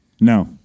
No